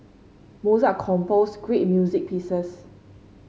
Mozart composed great music pieces